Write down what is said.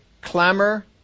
clamor